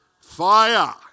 fire